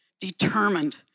determined